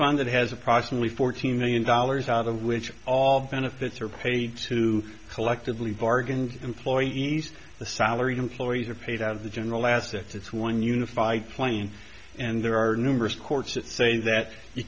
fund that has approximately fourteen million dollars out of which all benefits are paid to collectively bargained employee eased the salaried employees are paid out of the general assets it's one unified plane and there are numerous courts that say that you